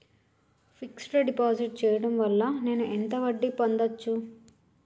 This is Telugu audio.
ఫిక్స్ డ్ డిపాజిట్ చేయటం వల్ల నేను ఎంత వడ్డీ పొందచ్చు?